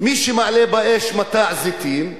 מי שמעלה באש מטע זיתים,